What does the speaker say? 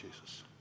Jesus